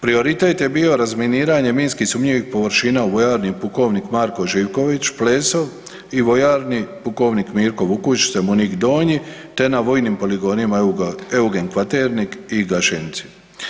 Prioritet je bio razminiranje minski sumnjivih površina u Vojarni Pukovnik Marko Živković Pleso i Vojarni Pukovnik Mirko Vukušić Zemunik Donji te na vojnim poligonima Eugen Kvaternik i Gaženici.